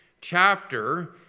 chapter